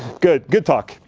good, good talk,